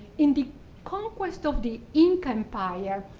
in the conquest of the inca empire,